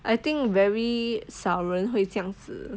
I think very 少人会这样子